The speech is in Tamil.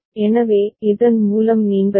எனவே இதன் மூலம் நீங்கள் டி